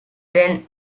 then